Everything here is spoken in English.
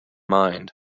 mind